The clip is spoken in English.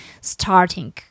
starting